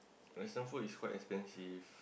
western food is quite expensive